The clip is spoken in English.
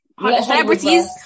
Celebrities